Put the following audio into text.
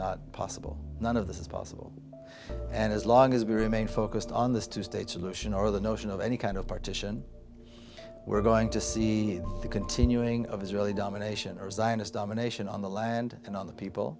not possible none of this is possible and as long as we remain focused on this two state solution or the notion of any kind of partition we're going to see the continuing of israeli domination our zionist domination on the land and on the people